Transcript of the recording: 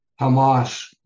Hamas